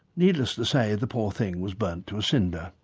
needless to say the poor thing was burnt to a cinder.